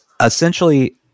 essentially